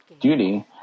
duty